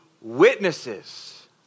witnesses